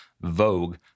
Vogue